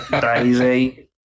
Daisy